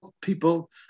people